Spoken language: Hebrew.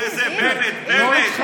וזה בנט, בנט.